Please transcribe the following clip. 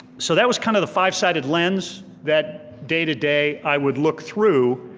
so that was kind of the five sided lens that day to day i would look through,